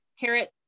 carrot